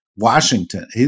Washington